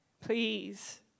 Please